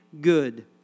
good